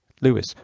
Lewis